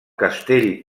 castell